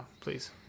please